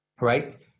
right